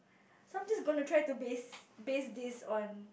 so I'm just going to base base this on